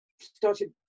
started